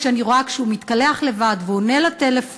כשאני רואה שהוא מתקלח לבד והוא עונה לטלפון,